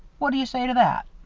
what do you say to that?